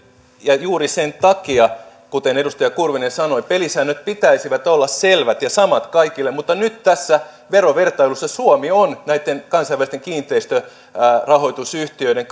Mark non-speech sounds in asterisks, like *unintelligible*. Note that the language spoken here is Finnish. juuri sen takia kuten edustaja kurvinen sanoi pelisääntöjen pitäisi olla selvät ja samat kaikille mutta nyt tässä verovertailussa suomi on näitten kansainvälisten kiinteistörahoitusyhtiöiden *unintelligible*